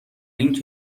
این